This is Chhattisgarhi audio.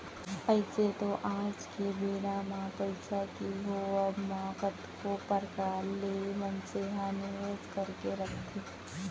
अइसे तो आज के बेरा म पइसा के होवब म कतको परकार ले मनसे ह निवेस करके रखथे